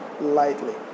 lightly